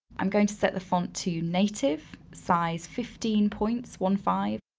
i'm going to set the font to native, size fifteen points, one, five.